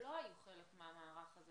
שלא היו חלק מהמערך הזה,